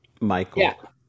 Michael